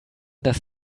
dass